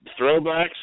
throwbacks